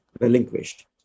relinquished